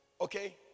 Okay